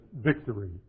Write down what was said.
victory